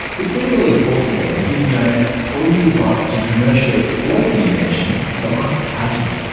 it's legally enforceable and gives the owner exclusive rights to commercially exploit the invention for the life of the patent.